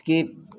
skip